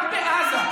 גם בעזה,